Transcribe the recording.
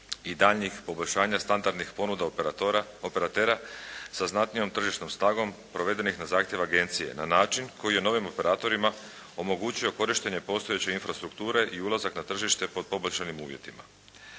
i daljnjih poboljšanja standardnih ponuda operatera sa znatnijom tržišnom snagom provedenih na zahtjev agencije, na način koji je novim operatorima omogućio korištenje postojeće infrastrukture i ulazak na tržište pod poboljšanim uvjetima.